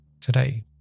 Today